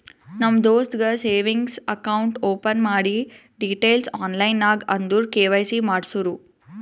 ನಮ್ ದೋಸ್ತಗ್ savings account open ಮಾಡಿ ಡೀಟೈಲ್ಸ್ ಆನ್ಲೈನ್ ನಾಗ್ ಅಂದುರ್ ಕೆ.ವೈ.ಸಿ ಮಾಡ್ಸುರು